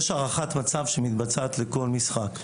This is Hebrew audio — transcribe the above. יש הערכת מצב שמתבצעת לכל משחק.